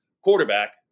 quarterback